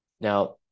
Now